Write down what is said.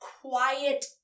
quiet